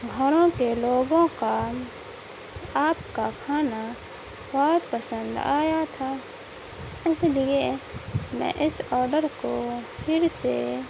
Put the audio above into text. گھروں کے لوگوں کا آپ کا کھانا بہت پسند آیا تھا اس لیے میں اس آڈر کو پھر سے